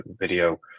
video